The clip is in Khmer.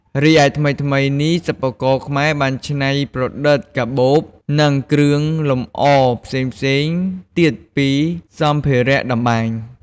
រីឯថ្មីៗនេះ សិប្បករខ្មែរបានច្នៃប្រឌិត កាបូប និងគ្រឿងលម្អផ្សេងៗទៀតពីសម្ភារតម្បាញ។